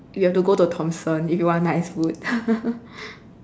you have to go to thomson if you want nice food